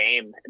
game